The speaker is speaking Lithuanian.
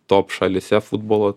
top šalyse futbolo